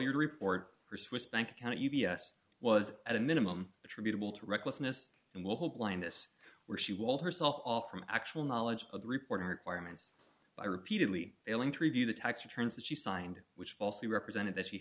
your report for swiss bank account u b s was at a minimum attributable to recklessness and will hold blindness where she was herself off from actual knowledge of the reporting requirements by repeatedly failing to review the tax returns that she signed which falsely represented that she